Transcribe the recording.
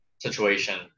situation